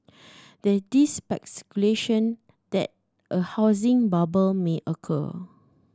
there this speculation that a housing bubble may occur